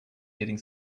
getting